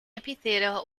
amphitheatre